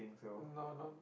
no not